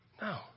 No